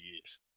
years